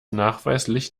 nachweislich